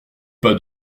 pas